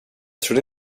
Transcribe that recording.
trodde